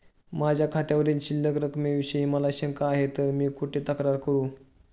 माझ्या खात्यावरील शिल्लक रकमेविषयी मला शंका आहे तर मी कुठे तक्रार करू?